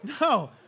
No